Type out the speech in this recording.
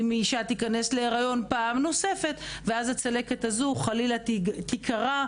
אם אישה תיכנס להיריון פעם נוספת ואז הצלקת הוז חלילה תיקרע,